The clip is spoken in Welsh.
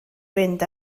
fynd